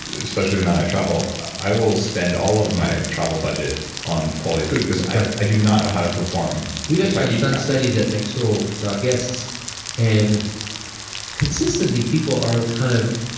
especially in that i travel, i will spend all of my travel budget on quality food because i i do not know how to perform we've actually done studies at next door on our guests and consistently people are kind of,